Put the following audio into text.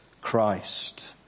Christ